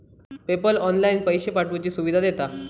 PayPal online पैशे पाठवुची सुविधा देता